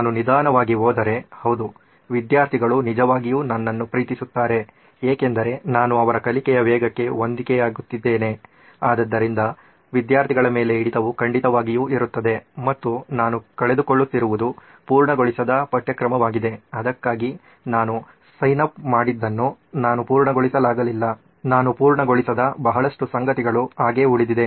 ನಾನು ನಿಧಾನವಾಗಿ ಹೋದರೆ ಹೌದು ವಿದ್ಯಾರ್ಥಿ ನಿಜವಾಗಿಯೂ ನನ್ನನ್ನು ಪ್ರೀತಿಸುತ್ತಾನೆ ಏಕೆಂದರೆ ನಾನು ಅವನ ಕಲಿಕೆಯ ವೇಗಕ್ಕೆ ಹೊಂದಿಕೆಯಾಗುತ್ತಿದ್ದೇನೆ ಆದ್ದರಿಂದ ವಿದ್ಯಾರ್ಥಿಗಳ ಮೇಲೆ ಹಿಡಿತವು ಖಂಡಿತವಾಗಿಯೂ ಇರುತ್ತದೆ ಮತ್ತು ನಾನು ಕಳೆದುಕೊಳ್ಳುತ್ತಿರುವುದು ಪೂರ್ಣಗೊಳಿಸದ ಪಠ್ಯಕ್ರಮವಾಗಿದೆ ಅದಕ್ಕಾಗಿ ನಾನು ಸೈನ್ ಅಪ್ ಮಾಡಿದ್ದನ್ನು ನಾನು ಪೂರ್ಣಗೊಳಿಸಲಾಗಲಿಲ್ಲ ನಾನು ಪೂರ್ಣಗೊಳಿಸದ ಬಹಳಷ್ಟು ಸಂಗತಿಗಳು ಹಾಗೇ ಉಳಿದಿದೆ